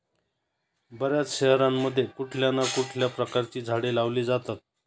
बर्याच शहरांमध्ये कुठल्या ना कुठल्या प्रकारची झाडे लावली जातात